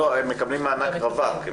לא, הם מקבלים מענק רווק.